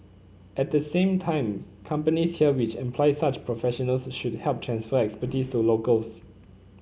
at the same time companies here which employ such professionals should help transfer expertise to locals